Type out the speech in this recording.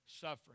suffering